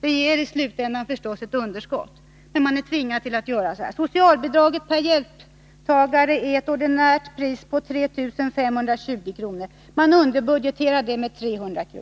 Det ger givetvis ett underskott i slutänden, men man är tvingad att göra så här. Den ordinära kostnaden för socialbidrag per hjälptagare är 3 520 kr. Man underbudgeterar det med 300 kr.